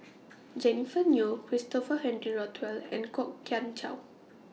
Jennifer Yeo Christopher Henry Rothwell and Kwok Kian Chow